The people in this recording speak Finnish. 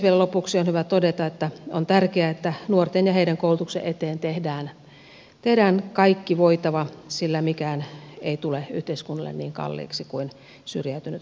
vielä lopuksi on hyvä todeta että on tärkeää että nuorten ja heidän koulutuksensa eteen tehdään kaikki voitava sillä mikään ei tule yhteiskunnalle niin kalliiksi kuin syrjäytynyt lapsi tai nuori